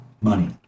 money